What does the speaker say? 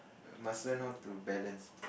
must learn how to balance